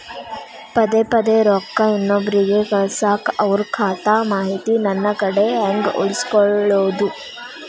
ಪದೆ ಪದೇ ರೊಕ್ಕ ಇನ್ನೊಬ್ರಿಗೆ ಕಳಸಾಕ್ ಅವರ ಖಾತಾ ಮಾಹಿತಿ ನನ್ನ ಕಡೆ ಹೆಂಗ್ ಉಳಿಸಿಕೊಳ್ಳೋದು?